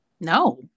no